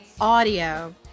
audio